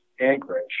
Anchorage